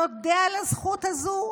נודה על הזכות הזו,